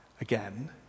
again